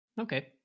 Okay